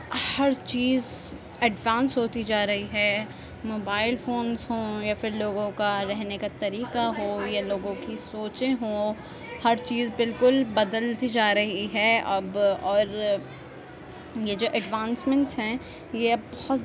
ہر چیز ایڈوانس ہوتی جا رہی ہے موبائل فونس ہوں یا پھر لوگوں کا رہنے کا طریقہ ہو یا لوگوں کی سوچیں ہوں ہر چیز بالکل بدلتی جا رہی ہے اب اور یہ جو ایڈوانسمنٹ ہیں یہ بہت